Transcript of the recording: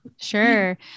sure